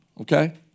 okay